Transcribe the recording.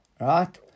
right